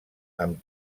amb